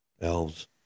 Elves